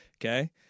okay